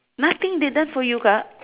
nothing they done for you kak